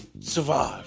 survive